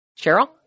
Cheryl